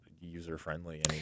user-friendly